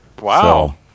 Wow